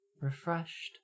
refreshed